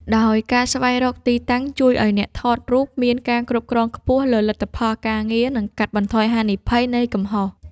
ដោយការស្វែងរកទីតាំងជួយឱ្យអ្នកថតរូបមានការគ្រប់គ្រងខ្ពស់លើលទ្ធផលការងារ និងកាត់បន្ថយហានិភ័យនៃកំហុស។